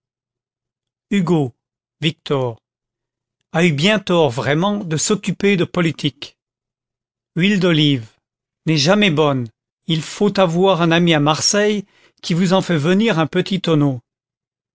hugo victor a eu bien tort vraiment de s'occuper de politique huile d'olive n'est jamais bonne il faut avoir un ami à marseille qui vous en fait venir un petit tonneau